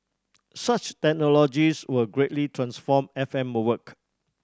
such technologies will greatly transform F M work